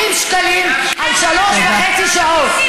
80 שקלים על שלוש וחצי שעות.